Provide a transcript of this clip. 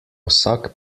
vsak